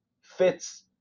fits